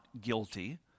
guilty